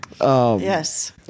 Yes